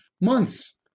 months